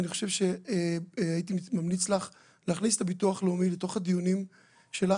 אני חושב שהייתי ממליץ לך להכניס את הביטוח הלאומי לתוך הדיונים שלך,